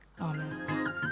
Amen